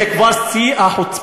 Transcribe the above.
זו כבר שיא החוצפה.